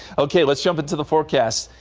ok let's jump into the forecast.